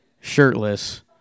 shirtless